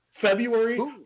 February